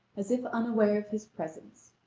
as if unaware of his presence.